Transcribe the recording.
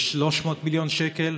יש 300 מיליון שקל,